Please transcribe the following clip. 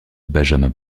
benjamin